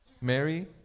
Mary